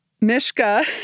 Mishka